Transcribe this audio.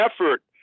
effort